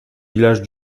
village